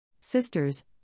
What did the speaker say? sisters